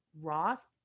Ross